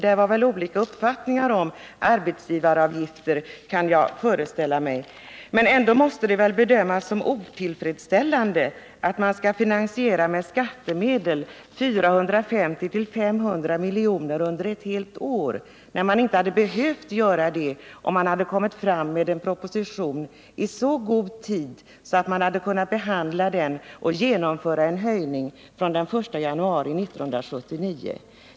Där fanns väl olika uppfattningar om arbetsgivaravgifterna kan jag föreställa mig. Men det måste väl ändå bedömas som otillfredsställande att man med skattemedel skall finansiera 450-500 milj.kr. under ett helt år när man inte hade behövt göra det om regeringen hade lagt fram en proposition i så god tid att vi hade kunnat behandla den och genomföra en höjning från den 1 januari 1979.